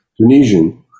Tunisian